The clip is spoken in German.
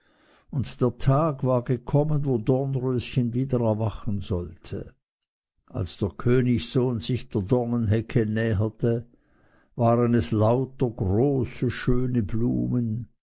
und der tag war gekommen wo dornröschen wieder erwachen sollte als der königssohn sich der dornenhecke näherte waren es lauter große schöne blumen